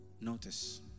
Notice